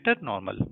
normal